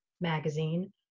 magazine